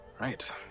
Right